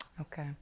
Okay